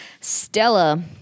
Stella